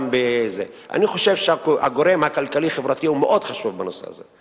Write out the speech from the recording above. אני חושב שהגורם הכלכלי-חברתי מאוד חשוב בנושא הזה.